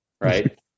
Right